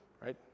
right